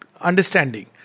understanding